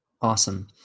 Awesome